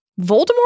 Voldemort